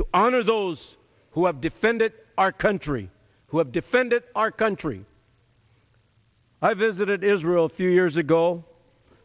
to honor those who have defended our country who have defended our country i visited israel a few years ago